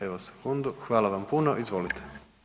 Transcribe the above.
Evo sekundu, hvala vam puno, izvolite.